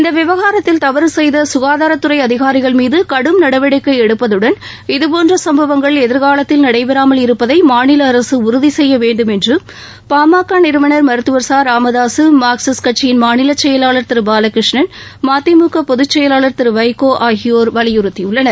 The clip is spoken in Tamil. இந்த விவகாரத்தில் தவறு செய்த சுகாதாரத்துறை அதிகாரிகள் மீது கடும் நடவடிக்கை எடுப்பதுடன் போன்ற சம்பவங்கள் எதிர்காலத்தில் நடைபெறாமல் இருப்பதை மாநில அரசு உறுதி செய்யவேண்டும் என்றும் பாமக நிறுவனர் மருத்துவர் ச ராமதாசு மார்க்சிஸ்ட் கம்யுனிஸ்ட் மாநில செயலாளா் திரு பாலகிருஷ்ணன் மதிமுக பொதுச்செயலளா் திரு வைகோ ஆகியோர் வலியுறுத்தியுள்ளனர்